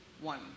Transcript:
one